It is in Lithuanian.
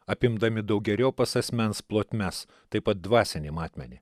apimdami daugeriopas asmens plotmes taip pat dvasinį matmenį